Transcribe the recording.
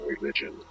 religion